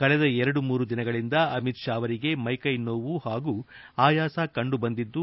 ಕಳೆದ ಎರಡು ಮೂರು ದಿನಗಳಿಂದ ಅಮಿತ್ ಶಾ ಅವರಿಗೆ ಮೈಕ್ಷೆ ನೋವು ಹಾಗೂ ಆಯಾಸ ಕಂಡುಬಂದಿದ್ದು